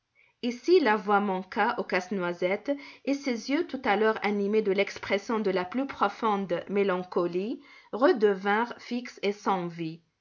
ici la voix manqua au casse-noisette et ses yeux tout à l'heure animés de l'expression de la plus profonde mélancolie redevinrent fixes et sans vie